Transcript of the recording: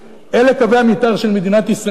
אלה קווי המיתאר של מדינת ישראל, אדוני,